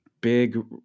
big